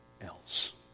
else